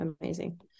amazing